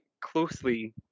closely